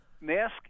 mask